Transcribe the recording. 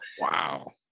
wow